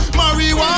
marijuana